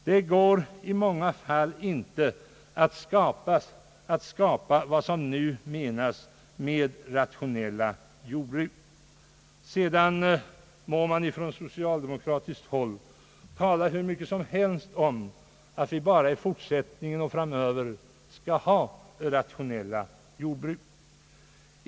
Det går i många fall inte att skapa vad som nu menas med rationella jordbruk. Sedan må man från socialdemokratiskt håll tala hur mycket som helst om ratt vi framöver skall ha bara rationella jordbruk.